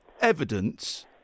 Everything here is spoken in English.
evidence